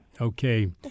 okay